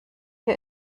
wir